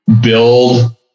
build